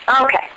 Okay